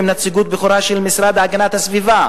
נציגות בכירה של המשרד להגנת הסביבה,